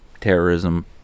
terrorism